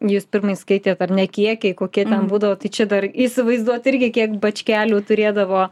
jūs pirmai skaitėt ar ne kiekiai kokie būdavo tai čia dar įsivaizduot irgi kiek bačkelių turėdavo